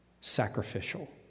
sacrificial